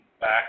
back